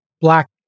black